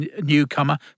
newcomer